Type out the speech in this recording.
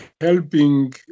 helping